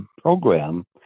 program